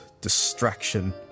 distraction